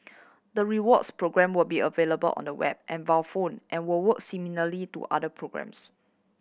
the rewards program will be available on the web and via phone and will work similarly to other programs